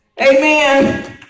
Amen